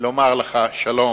לומר לך שלום,